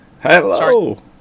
Hello